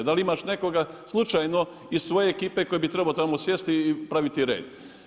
Da li imaš nekoga slučajno iz svoje ekipe koji bi trebao tamo sjesti i praviti red?